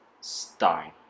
Stein